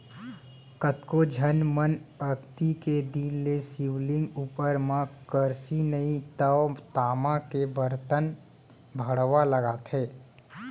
कतको झन मन अक्ती के दिन ले शिवलिंग उपर म करसी नइ तव तामा के बरतन भँड़वा लगाथे